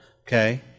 okay